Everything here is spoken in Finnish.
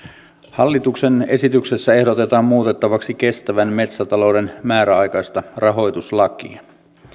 hallituksen esityksessä ehdotetaan muutettavaksi kestävän metsätalouden määräaikaista rahoituslakia